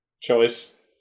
Choice